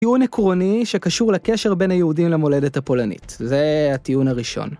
טיעון עקרוני שקשור לקשר בין היהודים למולדת הפולנית. זה הטיעון הראשון.